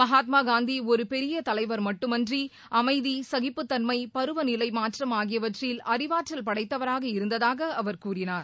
மகாத்மா காந்தி ஒரு பெரிய தலைவர் மட்டுமன்றி அமைதி சகிப்புத்தன்மை பருவநிலை மாற்றம் ஆகியவற்றில் அறிவாற்றல் படைத்தவராக இருந்ததாக அவர் கூறினார்